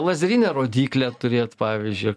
lazerinę rodyklę turėt pavyzdžiui